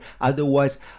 Otherwise